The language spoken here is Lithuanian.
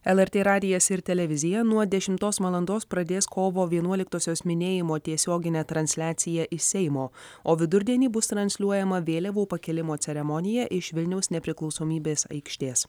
lrt radijas ir televizija nuo dešimtos valandos pradės kovo vienuoliktosios minėjimo tiesioginę transliaciją iš seimo o vidurdienį bus transliuojama vėliavų pakėlimo ceremonija iš vilniaus nepriklausomybės aikštės